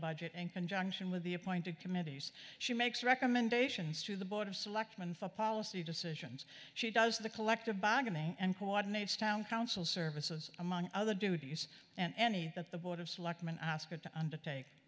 budget in conjunction with the appointed committees she makes recommendations to the board of selectmen for policy decisions she does the collective bargaining and coordinates town council services among other duties and any that the board of selectmen ask her to undertake